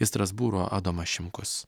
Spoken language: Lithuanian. iš strasbūro adomas šimkus